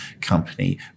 company